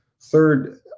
third